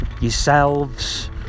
yourselves